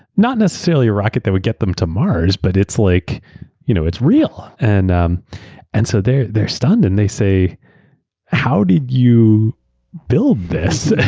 not necessarily a rocket that will get them to mars, but it's like you know it's real. and um and so they're they're stunned and they say how did you build this?